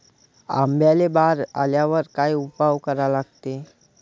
आंब्याले बार आल्यावर काय उपाव करा लागते?